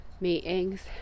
meetings